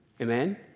Amen